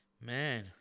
Man